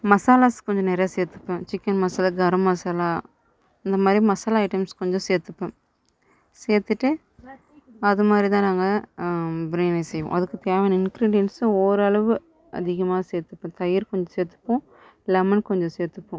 மசாலாஸ் கொஞ்சம் நிறைய சேர்த்துப்பேன் சிக்கன் மசாலா கரம் மசாலா அந்த மாதிரி மசாலா ஐட்டம்ஸ் கொஞ்சம் சேர்த்துப்பேன் சேர்த்துட்டு அது மாதிரி தான் நாங்கள் பிரியாணி செய்வோம் அதுக்கு தேவையான இன்க்ரீடியன்ஸும் ஓரளவு அதிகமாக சேர்த்துப்பேன் தயிர் கொஞ்சம் சேர்த்துப்போம் லெமன் கொஞ்சம் சேர்த்துப்போம்